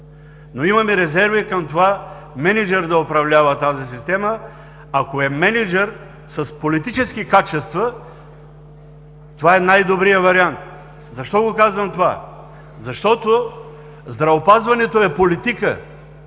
но имаме резерви към това мениджър да управлява тази система. Ако е мениджър с политически качества – това е най-добрият вариант. Защо казвам това? Защото здравеопазването е политика.